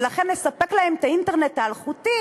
ולכן נספק להם את האינטרנט האלחוטי